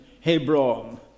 Hebron